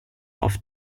off